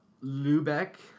Lubeck